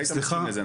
אתה היית מסכים לזה,